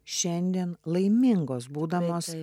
šiandien laimingos būdamos